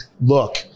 look